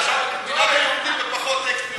הרצל כתב את "מדינת היהודים" בפחות טקסט ממה שאתה מדבר.